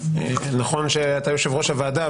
נכון שאתה יו"ר הוועדה,